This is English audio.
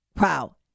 Wow